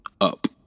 up